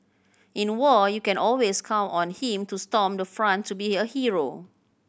in war you can always count on him to storm the front to be a hero